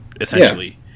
essentially